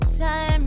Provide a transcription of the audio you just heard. time